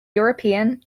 european